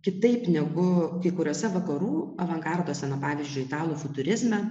kitaip negu kai kuriose vakarų avangarduose na pavyzdžiui italų futurizme